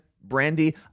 brandy